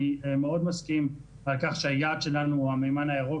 אני מאוד מסכים על כך שהיעד שלנו הוא המימן הירוק